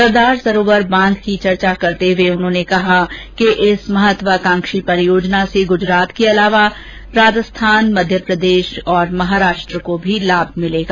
सरदार सरोवर बांध की चर्चा करते हुए उन्होंने कहा कि इस महत्वाकांक्षी परियोजना से गुजरात के अलावा मध्यप्रदेश महाराष्ट्र और राजस्थान को भी लाभ मिलेगा